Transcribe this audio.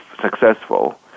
successful